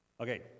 Okay